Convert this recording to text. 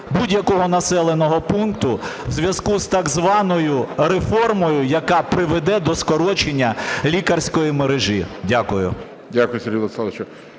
будь-якого населеного пункту у зв'язку з так званою реформою, яка приведе до скорочення лікарської мережі. Дякую. ГОЛОВУЮЧИЙ.